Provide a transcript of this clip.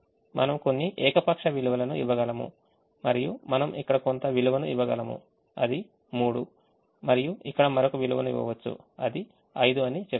మనం కొన్ని ఏకపక్ష విలువలను ఇవ్వగలము మరియు మనం ఇక్కడ కొంత విలువను ఇవ్వగలము అది 3 మరియు ఇక్కడ మరొక విలువను ఇవ్వవచ్చు అది 5 అని చెప్తాము